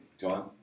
John